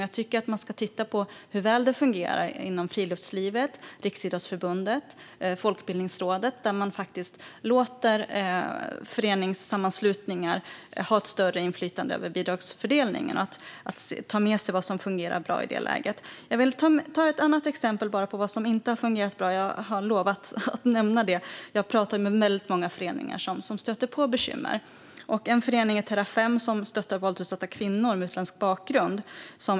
Jag tycker att man ska titta på hur väl det fungerar inom friluftslivet, Riksidrottsförbundet och Folkbildningsrådet, där man faktiskt låter föreningssammanslutningar ha ett större inflytande över bidragsfördelningen, och ta med sig vad som fungerar bra i det läget. Jag har lovat att nämna ett annat exempel på vad som inte har fungerat bra. Jag pratar ju med väldigt många föreningar som stöter på bekymmer, och en förening är Terrafem, som stöttar våldsutsatta kvinnor med utländsk bakgrund.